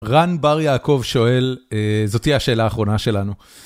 רן בר יעקב שואל, זאת תהיה השאלה האחרונה שלנו.